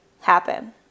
happen